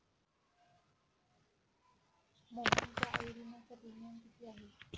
मोहनच्या आयुर्विम्याचा प्रीमियम किती आहे?